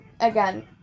again